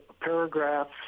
paragraphs